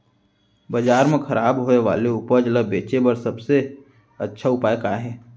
बाजार मा खराब होय वाले उपज ला बेचे बर सबसे अच्छा उपाय का हे?